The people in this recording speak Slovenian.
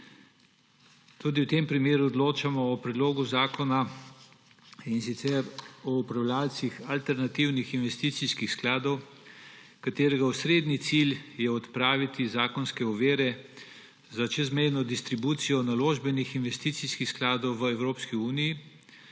Tudi v tem primeru odločamo o predlogu zakona, in sicer o upravljavcih alternativnih investicijskih skladov, katerega osrednji cilj je odpraviti zakonske ovire za čezmejno distribucijo naložbenih investicijskih skladov v Evropski uniji,